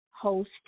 host